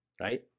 Right